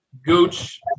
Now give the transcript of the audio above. Gooch